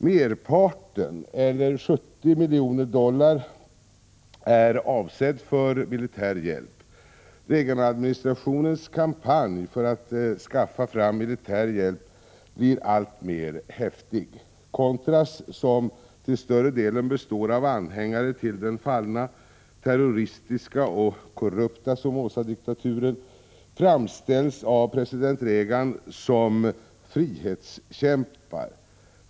Merparten, eller 70 miljoner dollar, är avsedd för militär hjälp. Reaganadministrationens kampanj för att skaffa fram militär hjälp blir alltmer häftig. Contras, som till större delen består av anhängare till den fallna terroristiska och korrupta Somozadiktaturen, framställs av president Reagan som frihetskämpar.